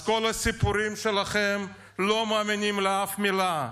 אז כל הסיפורים שלכם, לא מאמינים לאף מילה.